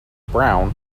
brown